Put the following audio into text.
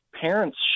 Parents